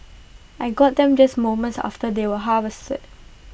I got them just moments after they were harvested